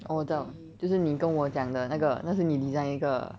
orh 我知道就是你跟我讲的那个那时你 design 一个